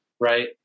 right